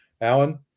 Alan